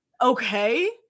okay